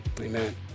Amen